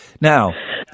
Now